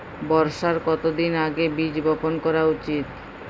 বর্ষার কতদিন আগে বীজ বপন করা উচিৎ?